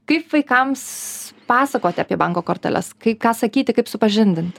kaip vaikams pasakoti apie banko korteles kai ką sakyti kaip supažindint